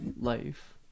life